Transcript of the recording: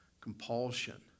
compulsion